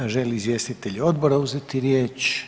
Žele li izvjestitelji odbora uzeti riječ?